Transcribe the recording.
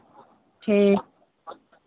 ठीक